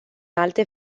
alte